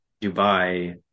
dubai